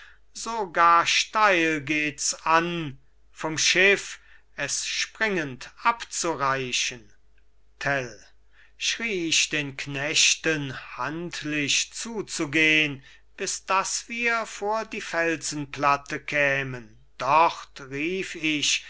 so gar steil geht's an vom schiff es springend abzureichen tell schrie ich den knechten handlich zuzugehn bis dass wir vor die felsenplatte kämen dort rief ich